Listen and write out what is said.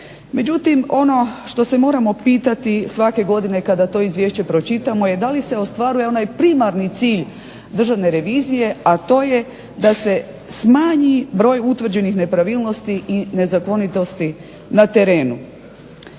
Međutim, ono što se moramo pitati svake godine kada to izvješće pročitamo da li se ostvaruje onaj primarni cilj Državne revizije a to je da se smanji broj utvrđenih nepravilnosti i nezakonitosti na terenu.